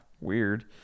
Weird